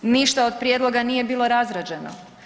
Ništa od prijedloga nije bilo razrađeno.